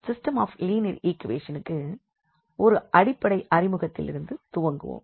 system of linear ஈக்வேஷனுக்கு ஒரு அடிப்படை அறிமுகத்திலிருந்து துவங்குவோம்